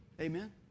Amen